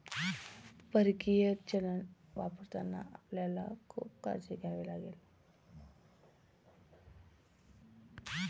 परकीय चलन वापरताना आपल्याला खूप काळजी घ्यावी लागेल